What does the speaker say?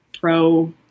pro